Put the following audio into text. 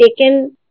taken